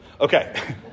Okay